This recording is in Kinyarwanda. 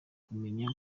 kumenya